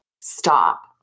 stop